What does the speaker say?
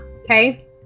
okay